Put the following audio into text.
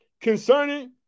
concerning